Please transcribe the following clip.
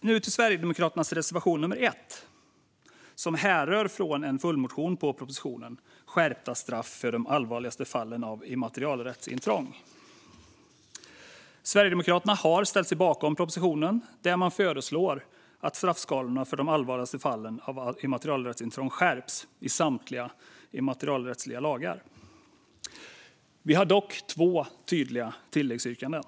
Nu till Sverigedemokraternas reservation 1, som härrör från en följdmotion på propositionen Skärpta straff för de allvarligaste fallen av immaterialrättsintrång . Sverigedemokraterna har ställt sig bakom propositionen, där man föreslår att straffskalorna för de allvarligaste fallen av immaterialrättsintrång skärps i samtliga immaterialrättsliga lagar. Vi har dock två tydliga tilläggsyrkanden.